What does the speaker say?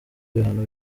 ibihano